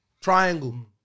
Triangle